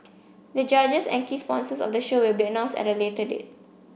the judges and key sponsors of the show will be announced at a later date